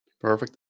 perfect